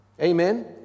Amen